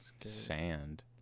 sand